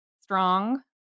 strong